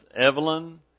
Evelyn